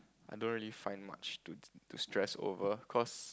I don't really find much to to stress over cause